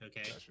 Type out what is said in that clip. Okay